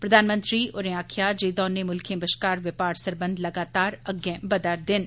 प्रधानमंत्री होरें आक्खेआ जे दौनें मुल्खें बश्कार बपार सरबंध लगातार अग्गै बघा'रदे न